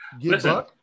Listen